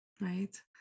right